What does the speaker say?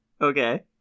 Okay